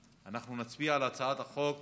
אנחנו נצביע על הצעת החוק